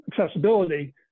accessibility